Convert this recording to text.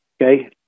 Okay